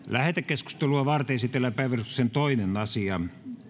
lähetekeskustelua varten esitellään päiväjärjestyksen toinen asia